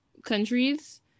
countries